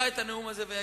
לא בפוליטיקה,